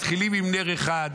מתחילים עם נר אחד,